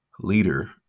leader